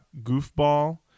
goofball